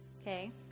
Okay